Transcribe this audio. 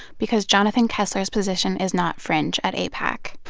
because jonathan kessler's position is not fringe at aipac.